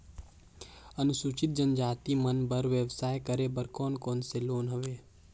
अनुसूचित जनजाति मन बर व्यवसाय करे बर कौन कौन से लोन हवे?